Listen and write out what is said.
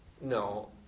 no